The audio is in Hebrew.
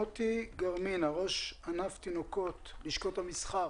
מוטי גרמיזה, ראש ענף תינוקות, לשכות המסחר.